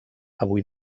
avui